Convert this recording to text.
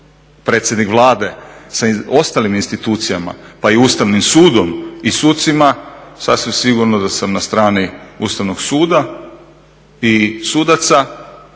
predsjednik Vlade sa ostalim institucijama pa i Ustavnim sudom i sucima sasvim sigurno da sam na strani Ustavnog suda i sudaca